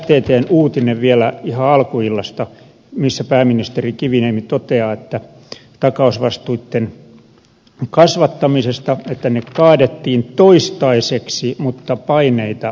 sttn uutisessa vielä ihan alkuillasta pääministeri kiviniemi toteaa takausvastuitten kasvattamisesta että se kaadettiin toistaiseksi mutta paineita on